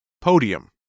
podium